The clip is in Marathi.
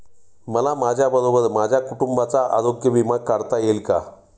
मला माझ्याबरोबर माझ्या कुटुंबाचा आरोग्य विमा काढता येईल का?